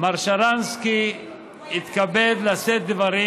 מר שרנסקי התכבד לשאת דברים,